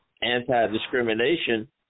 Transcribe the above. anti-discrimination